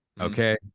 okay